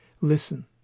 Listen